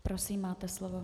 Prosím, máte slovo.